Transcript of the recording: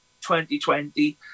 2020